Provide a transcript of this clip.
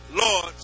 Lord